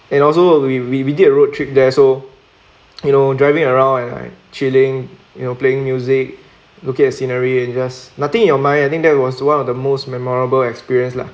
and also we we we did a road trip there so you know driving around and like chilling you know playing music looking at scenery and just nothing in your mind I think that was one of the most memorable experience lah